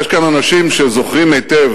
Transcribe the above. יש כאן אנשים שזוכרים היטב